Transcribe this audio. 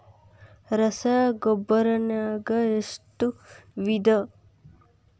ರಸಗೊಬ್ಬರ ನಾಗ್ ಎಷ್ಟು ವಿಧ?